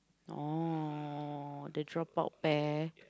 oh the dropout pair